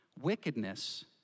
Wickedness